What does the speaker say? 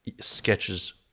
sketches